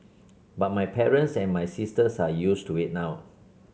but my parents and my sisters are used to it now